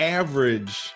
average